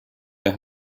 der